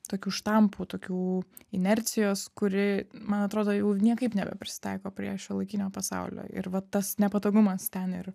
tokių štampų tokių inercijos kuri man atrodo jau niekaip nebeprisitaiko prie šiuolaikinio pasaulio ir va tas nepatogumas ten ir